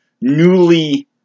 newly